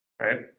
right